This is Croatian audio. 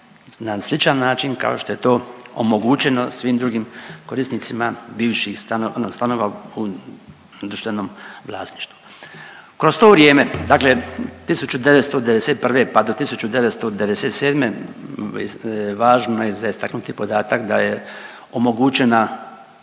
na sličan način kao što je to omogućeno svim drugim korisnicima bivših stanova u društvenom vlasništvu. Kroz to vrijeme dakle 1991. pa do 1997. važno je za istaknuti podatak da je omogućena